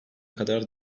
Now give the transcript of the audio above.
kadar